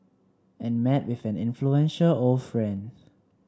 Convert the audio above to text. and met with an influential old friend